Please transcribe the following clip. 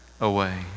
away